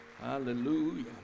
Hallelujah